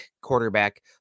quarterback